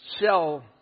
sell